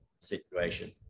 situation